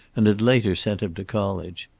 and had later sent him to college.